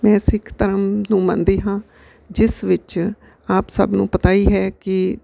ਮੈਂ ਸਿੱਖ ਧਰਮ ਨੂੰ ਮੰਨਦੀ ਹਾਂ ਜਿਸ ਵਿੱਚ ਆਪ ਸਭ ਨੂੰ ਪਤਾ ਹੀ ਹੈ ਕਿ